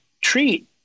treat